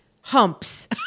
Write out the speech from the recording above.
Humps